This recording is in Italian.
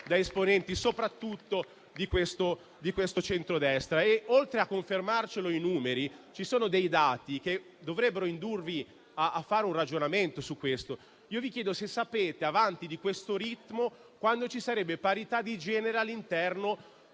da esponenti di questo centrodestra. Oltre a confermarlo i numeri, vi sono dei dati che dovrebbero indurvi a fare un ragionamento su questo. Sapete, andando avanti di questo ritmo, quando ci sarebbe parità di genere all'interno